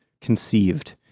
conceived